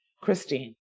Christine